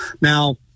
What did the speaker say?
now